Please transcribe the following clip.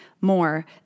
more